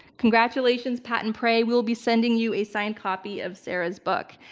congratulations pattenprey, we will be sending you a signed copy of sarah's book.